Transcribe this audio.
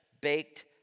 baked